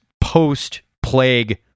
post-plague